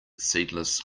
seedless